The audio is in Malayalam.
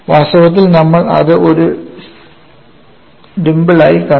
വാസ്തവത്തിൽ നമ്മൾ അത് ഒരു ഡിംപിൾ ആയി കണ്ടു